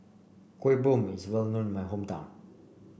Kuih Bom is well known in my hometown